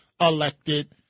elected